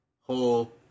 whole